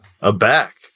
aback